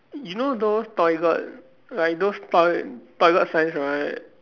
you know those toi~ got like those toi~ toilet signs right